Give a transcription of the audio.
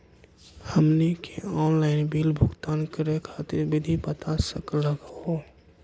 हमनी के online bill भुगतान करे खातीर विधि बता सकलघ हो?